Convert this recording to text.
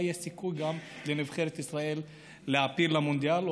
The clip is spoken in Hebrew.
יש סיכוי גם לנבחרת ישראל להעפיל למונדיאל,